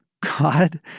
god